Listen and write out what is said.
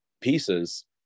pieces